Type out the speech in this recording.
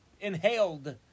inhaled